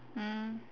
mm